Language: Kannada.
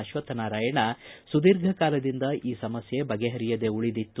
ಅಶ್ವಕ್ವನಾರಾಯಣ ಸುದೀರ್ಘ ಕಾಲದಿಂದ ಈ ಸಮಸ್ತೆ ಬಗೆಹರಿಯದೆ ಉಳಿದಿತ್ತು